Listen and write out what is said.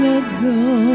ago